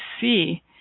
see